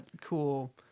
cool